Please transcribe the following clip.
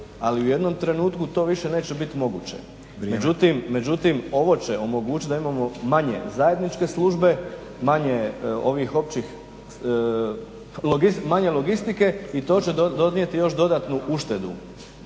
ali u jednom trenutku to više neće biti moguće. Međutim, ovo će omogućiti da imamo manje zajedničke službe, manje ovih općih, manje logistike i to će donijeti još dodatnu uštedu